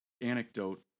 Anecdote